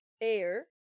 air